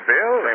Bill